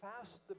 fast